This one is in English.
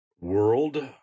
World